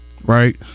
right